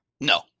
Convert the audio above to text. no